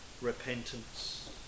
repentance